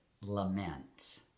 lament